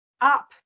up